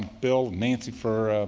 bill, nancy for,